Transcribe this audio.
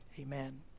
amen